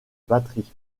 batterie